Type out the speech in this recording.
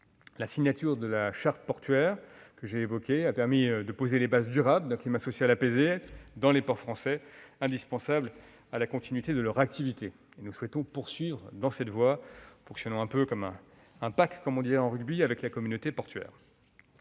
La signature de la charte portuaire a permis de poser les bases durables d'un climat social apaisé dans les ports français, indispensable à la continuité de leur activité. Nous souhaitons poursuivre dans cette voie, en fonctionnant en, comme au rugby, avec la communauté portuaire.